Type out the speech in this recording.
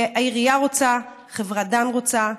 שהעירייה רוצה, חברת דן רוצה,